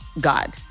God